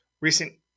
Recent